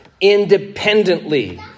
independently